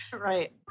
Right